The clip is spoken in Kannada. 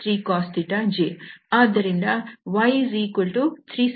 ಆದ್ದರಿಂದ y3sin ಮತ್ತು x3cos